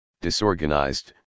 disorganized